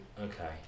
Okay